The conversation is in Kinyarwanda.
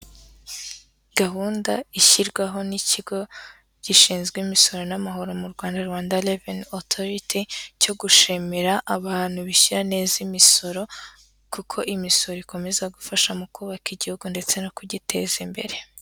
Gahunda ishyirwaho n'ikigo gishinzwe imisoro n'amahoro mu Rwanda, Rwanda reveni otoriti, cyo gushimira abantu bishyura neza imisoro, kuko imisoro ikomeza gufasha mu kubaka igihugu ndetse no kugiteza imbere.